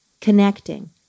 connecting